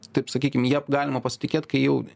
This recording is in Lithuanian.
taip sakykim ja galima pasitikėt kai jau